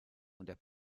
und